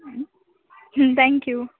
thank you